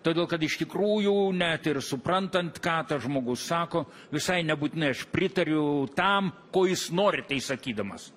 todėl kad iš tikrųjų net ir suprantant ką tas žmogus sako visai nebūtinai aš pritariu tam ko jis nori tai sakydamas